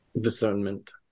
discernment